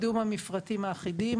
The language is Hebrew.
חד-משמעית, קידום המפרטים האחידים.